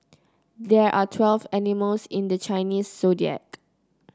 there are twelve animals in the Chinese Zodiac